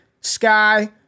Sky